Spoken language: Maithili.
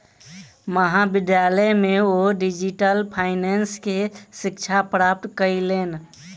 महाविद्यालय में ओ डिजिटल फाइनेंस के शिक्षा प्राप्त कयलैन